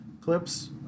clips